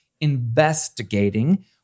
investigating